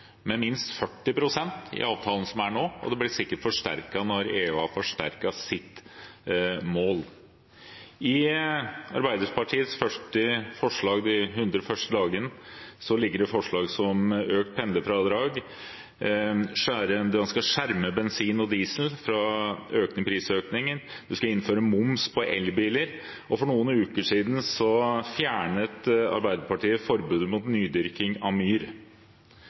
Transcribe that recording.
med minst 40 pst. i avtalen som er nå, og det blir sikkert forsterket når EU har forsterket sitt mål. I Arbeiderpartiets plan for de 100 første dagene ligger det forslag som økt pendlerfradrag, man skal skjerme bensin og diesel fra prisøkning, man skal innføre moms på elbiler. For noen uker siden fjernet også Arbeiderpartiet forbudet mot nydyrking av myr.